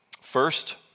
First